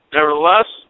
Nevertheless